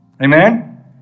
Amen